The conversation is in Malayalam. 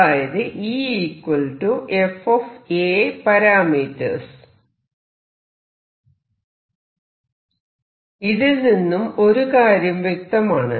അതായത് E f A parameters ഇതിൽ നിന്നും ഒരു കാര്യം വ്യക്തമാണ്